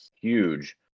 huge